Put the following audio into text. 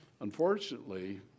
Unfortunately